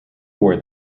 were